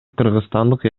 кыргызстандык